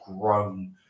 grown